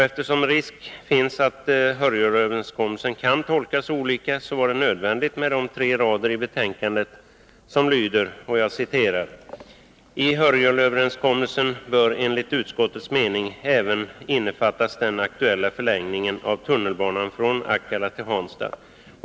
Eftersom risk finns att Hörjelöverenskommelsen kan tolkas olika, var det nödvändigt med de tre rader i betänkandet som lyder: ”I Hörjelöverenskommelsen bör enligt utskottets mening även innefattas den aktuella förlängningen av tunnelbanan från Akalla till Hansta.